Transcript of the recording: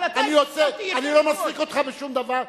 אבל אתה הפסקת אותי, אני לא מפסיק אותך בשום דבר.